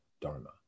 dharma